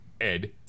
Ed